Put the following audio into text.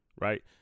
right